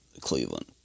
Cleveland